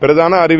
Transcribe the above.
பிரதான அருவி